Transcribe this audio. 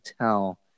tell